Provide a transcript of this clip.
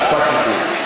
משפט סיכום.